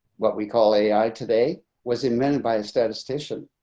what we call ai today was invented by a statistician.